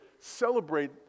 celebrate